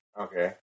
Okay